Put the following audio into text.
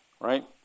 right